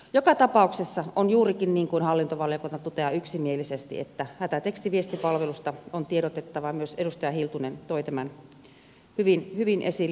joka tapauksessa on juurikin niin kuin hallintovaliokunta toteaa yksimielisesti että hätätekstiviestipalvelusta on tiedotettava myös edustaja hiltunen toi tämän hyvin esille